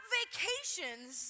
vacations